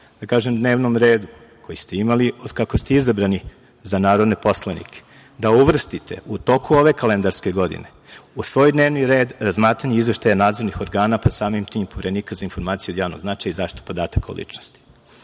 zgusnutom dnevnom redu koji ste imali od kako ste izabrani za narodne poslanike da uvrstite u toku ove kalendarske godine u svoj dnevni red razmatranje izveštaja nadzornih organa, pa samim tim Poverenika za informacije od javnog značaja i zaštitu podataka o ličnosti.